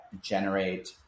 generate